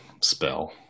spell